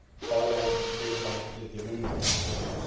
far right, that bigger box, is the women's dormitory.